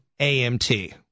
AMT